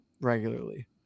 regularly